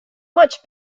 much